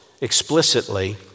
explicitly